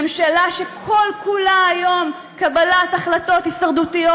ממשלה שכל-כולה היום קבלת החלטות הישרדותיות.